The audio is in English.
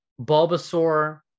Bulbasaur